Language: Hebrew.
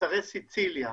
מצרי סיציליה.